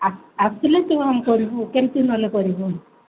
ଆ ଆସିଲେ ସିନା ଆମେ କରିବୁ କେମିତି ନ ହେଲେ କରିବୁ